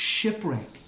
shipwreck